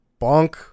bonk